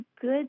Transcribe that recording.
good